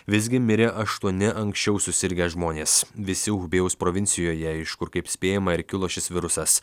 visgi mirė aštuoni anksčiau susirgę žmonės visi hubėjaus provincijoje iš kur kaip spėjama ir kilo šis virusas